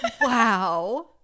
Wow